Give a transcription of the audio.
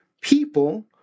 people